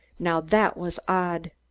now that was odd.